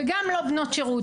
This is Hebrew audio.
וגם לא בנות שירות.